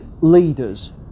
leaders